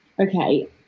okay